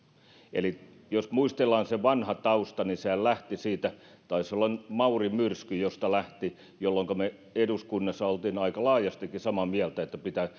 jos muistellaan se vanha tausta niin sehän lähti siitä taisi olla mauri myrskystä jolloinka me eduskunnassa olimme aika laajastikin samaa mieltä siitä että pitää